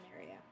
area